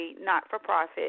not-for-profit